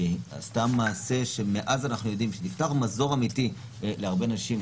עשתה מעשה ומאז אנחנו יודעים שניתן מזור אמיתי לנשים רבות.